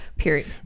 Period